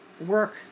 work